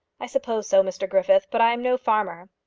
i suppose so, mr griffith but i am no farmer.